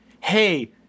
hey